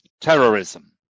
terrorism